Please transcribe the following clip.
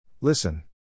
Listen